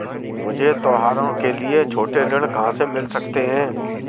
मुझे त्योहारों के लिए छोटे ऋृण कहां से मिल सकते हैं?